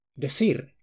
decir